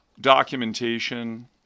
documentation